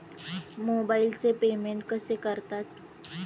मोबाइलचे पेमेंट कसे करतात?